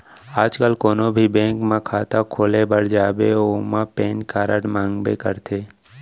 आज काल कोनों भी बेंक म खाता खोले बर जाबे ओमा पेन कारड मांगबे करथे